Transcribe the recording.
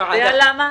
אתה יודע למה?